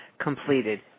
completed